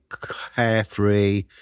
carefree